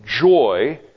joy